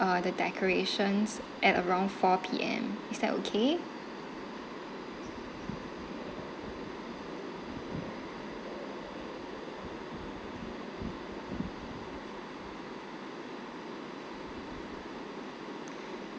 uh the decorations at around four P_M is that okay